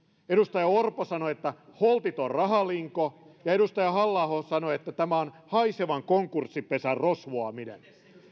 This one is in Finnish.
edustaja orpo sanoi että holtiton rahalinko ja edustaja halla aho sanoi että tämä on haisevan konkurssipesän rosvoaminen